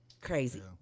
crazy